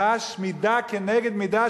חש מידה כנגד מידה,